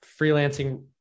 freelancing